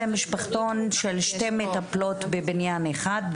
זה משפחתון של שתי מטפלות בבניין אחד,